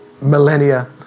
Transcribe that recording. millennia